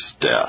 death